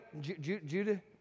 Judah